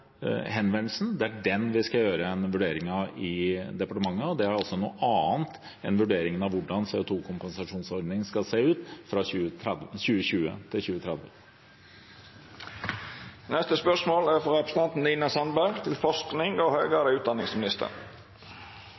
henvendelsen; det er den vi skal gjøre en vurdering av i departementet, og det er noe annet enn vurderingen av hvordan CO 2 -kompensasjonsordningen skal se ut fra 2020 til 2030. «Hva vil statsråden gjøre for å ivareta norsk som fagspråk ved norske forsknings- og